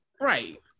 right